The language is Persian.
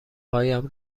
هایم